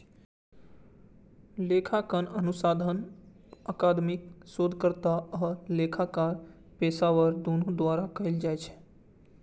लेखांकन अनुसंधान अकादमिक शोधकर्ता आ लेखाकार पेशेवर, दुनू द्वारा कैल जाइ छै